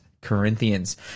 Corinthians